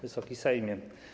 Wysoki Sejmie!